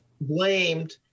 blamed